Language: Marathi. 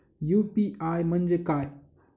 यू.पी.आय म्हणजे काय?